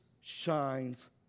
shines